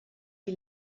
die